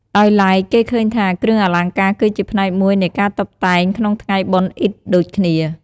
ដោយឡែក គេឃើញថា គ្រឿងអលង្ការគឺជាផ្នែកមួយនៃការតុបតែងក្នុងថ្ងៃបុណ្យអ៊ីឌដូចគ្នា។